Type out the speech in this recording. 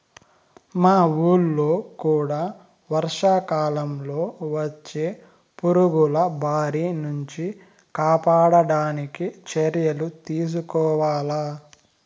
మా వూళ్ళో కూడా వర్షాకాలంలో వచ్చే పురుగుల బారి నుంచి కాపాడడానికి చర్యలు తీసుకోవాల